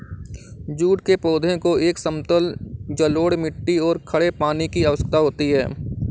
jute के पौधे को एक समतल जलोढ़ मिट्टी और खड़े पानी की आवश्यकता होती है